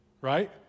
Right